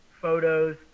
photos